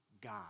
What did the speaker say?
God